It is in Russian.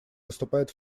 выступает